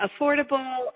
affordable